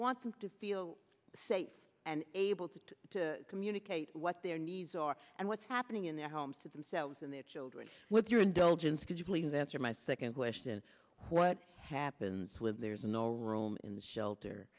want them to feel safe and able to to communicate what their needs are and what's happening in their homes to themselves and their children with your indulgence could you please answer my second question what happens when there's no room in the shelter